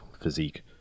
physique